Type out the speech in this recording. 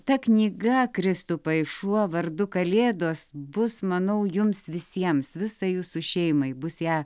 ta knyga kristupai šuo vardu kalėdos bus manau jums visiems visai jūsų šeimai bus ją